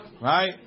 Right